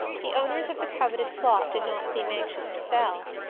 the owners of the coveted plot did not seem anxious to sell,